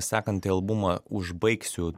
sekantį albumą užbaigsiu